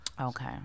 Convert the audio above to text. Okay